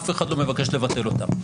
אף אחד לא מבקש לבטל אותן.